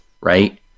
Right